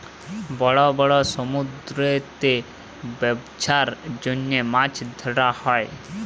বড় বড় সমুদ্দুরেতে ব্যবছার জ্যনহে মাছ ধ্যরা হ্যয়